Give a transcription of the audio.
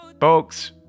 Folks